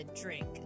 drink